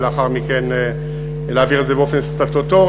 ולאחר מכן להעביר את זה באופן סטטוטורי,